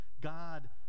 God